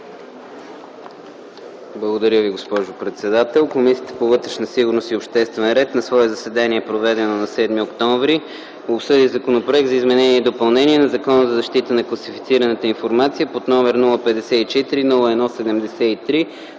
Благодаря, госпожо председател. „Комисията по вътрешна сигурност и обществен ред на свое заседание, проведено на 7 октомври 2010 г., обсъди Законопроект за изменение и допълнение на Закона за защита на класифицираната информация, № 054-01-73,